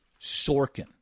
sorkin